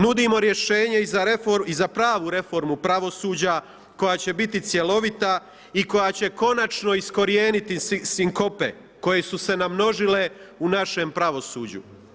Nudimo rješenje i za pravu reformu pravosuđa koja će biti cjelovita i koja će konačno iskorijeniti sinkope koje su se namnožile u našem pravosuđu.